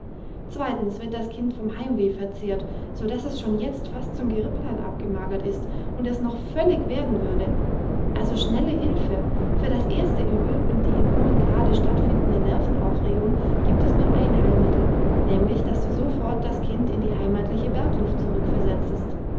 zweitens wird das kind vom heimweh verzehrt so dass es schon jetzt fast zum geripplein abgemagert ist und es noch völlig werden würde also schnelle hilfe für das erste übel und die in hohem grade stattfindende nervenaufregung gibt es nur ein heilmittel nämlich dass du sofort das kind in die heimatliche bergluft zurückversetzest